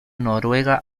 noruega